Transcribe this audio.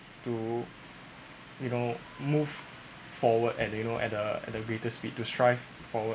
to you know move forward at you know at the at the greater speed to strive forward